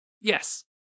yes